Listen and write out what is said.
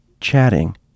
chatting